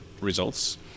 results